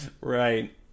right